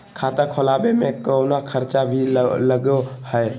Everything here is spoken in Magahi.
खाता खोलावे में कौनो खर्चा भी लगो है?